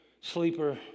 Sleeper